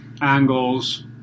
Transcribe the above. angles